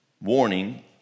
warning